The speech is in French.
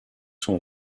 son